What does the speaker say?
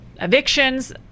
evictions